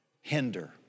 hinder